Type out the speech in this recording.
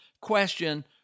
question